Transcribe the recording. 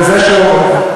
וזה שהוא,